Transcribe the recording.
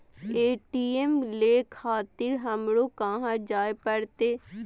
ATM ले खातिर हमरो कहाँ जाए परतें?